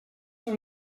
sur